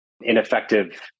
ineffective